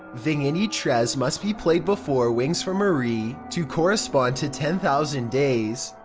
vigniti tres must be played before wings for marie to correspond to ten thousand days.